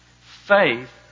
Faith